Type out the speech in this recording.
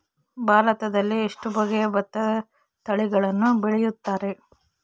ಭಾರತದಲ್ಲಿ ಎಷ್ಟು ಬಗೆಯ ಭತ್ತದ ತಳಿಗಳನ್ನು ಬೆಳೆಯುತ್ತಾರೆ?